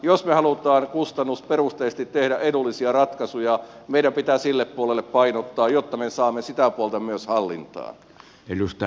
jos me haluamme kustannusperusteisesti tehdä edullisia ratkaisuja meidän pitää sille puolelle painottaa jotta me saamme myös sitä puolta hallintaan